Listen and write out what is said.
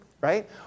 right